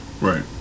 Right